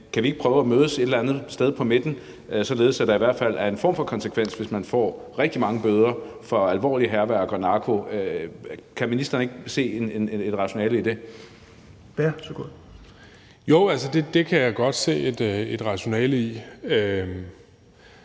kan vi ikke prøve at mødes et eller andet sted på midten, således at der i hvert fald er en form for konsekvens, hvis man får rigtig mange bøder for alvorligt hærværk og narko? Kan ministeren ikke se et rationale i det? Kl. 17:25 Fjerde næstformand